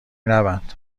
نبند